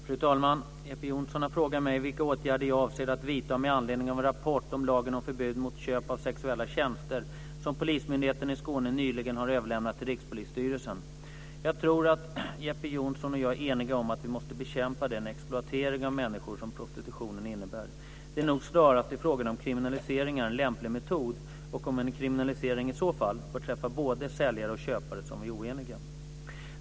Fru talman! Jeppe Johnsson har frågat mig vilka åtgärder jag avser att vidta med anledning av en rapport om lagen om förbud mot köp av sexuella tjänster som Polismyndigheten i Skåne nyligen har överlämnat till Rikspolisstyrelsen. Jag tror att Jeppe Johnsson och jag är eniga om att vi måste bekämpa den exploatering av människor som prostitution innebär. Det är nog snarast i frågorna om ifall kriminalisering är en lämplig metod och om en kriminalisering, i så fall, bör träffa både säljare och köpare som vi är oeniga.